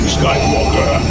Skywalker